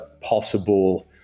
possible